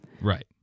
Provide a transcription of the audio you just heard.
Right